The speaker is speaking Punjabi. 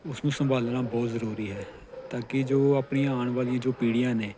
ਉਸ ਨੂੰ ਸੰਭਾਲਣਾ ਬਹੁਤ ਜ਼ਰੂਰੀ ਹੈ ਤਾਂ ਕਿ ਜੋ ਆਪਣੀਆਂ ਆਉਣ ਵਾਲੀਆਂ ਜੋ ਪੀੜ੍ਹੀਆਂ ਨੇ